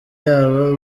yabo